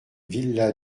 villa